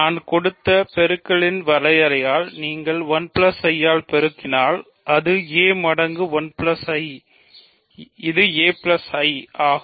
நான் கொடுத்த பெருக்கத்தின் வரையறையால் நீங்கள் 1 I ஆல் பெருக்கினால் அது a மடங்கு 1 I இது a I ஆகும்